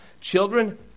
Children